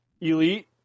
elite